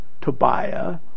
Tobiah